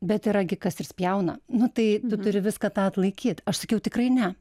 bet yra gi kas ir spjauna nu tai tu turi viską tą atlaikyt aš sakiau tikrai ne